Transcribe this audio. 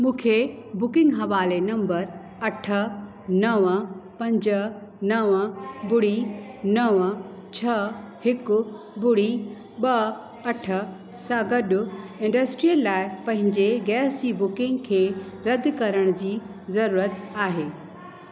मूंखे बुकिंग हवाले नंबर अठ नव पंज नव ॿुड़ी नव छह हिकु बुड़ी ॿ अठ सां गॾु इंडस्ट्रियल लाइ पंहिंजे गैस जी बुकिंग खे रद्द करण जी ज़रूरत आहे